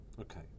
okay